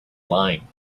line